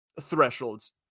thresholds